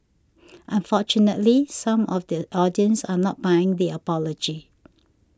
unfortunately some of the audience are not buying the apology